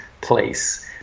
place